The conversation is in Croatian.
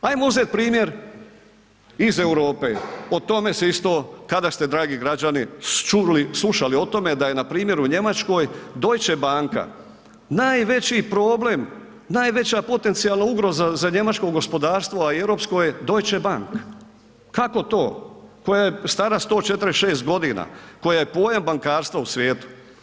Ajmo uzeti primjer iz Europe, o tome se isto, kada ste dragi građani čuli, slušali o tome da je npr. u Njemačkoj Deutsche Banka najveći problem, najveća potencijalna ugroza za njemačko gospodarstvo, a i europsko je Deutsche Bank, kako to koja je stara 146 godina, koja je pojam bankarstva u svijetu.